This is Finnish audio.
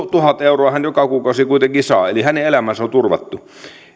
tuhat euroa hän joka kuukausi kuitenkin saa eli hänen elämänsä on turvattu